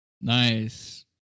Nice